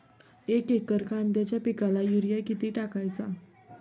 एक एकर कांद्याच्या पिकाला युरिया किती टाकायचा?